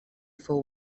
fou